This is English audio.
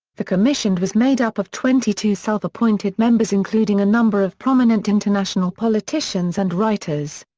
the commissioned was made up of twenty two self-appointed members including a number of prominent international politicians and writers.